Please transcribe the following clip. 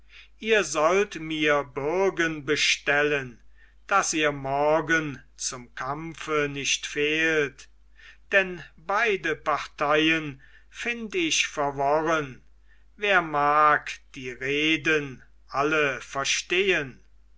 ihr sollt mir bürgen bestellen daß ihr morgen zum kampfe nicht fehlt denn beide parteien find ich verworren wer mag die reden alle verstehen